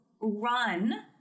run